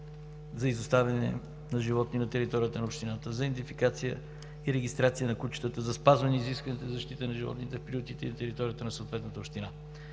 за изоставяне на животни на територията на общината, за идентификация и регистрация на кучетата, за спазване изискванията за защита на животните в приютите и на територията на съответната община.